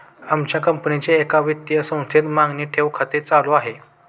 आमच्या कंपनीचे एका वित्तीय संस्थेत मागणी ठेव खाते चालू आहे